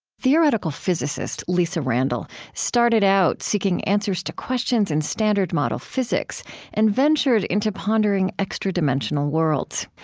theoretical physicist lisa randall started out seeking answers to questions in standard model physics and ventured into pondering extra-dimensional worlds.